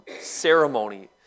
ceremony